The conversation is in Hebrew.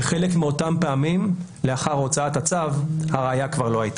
בחלק מאותן פעמים לאחר הוצאת הצו הראיה כבר לא הייתה.